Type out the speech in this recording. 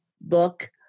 book